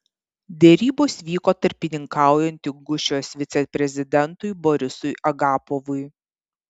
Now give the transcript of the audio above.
derybos vyko tarpininkaujant ingušijos viceprezidentui borisui agapovui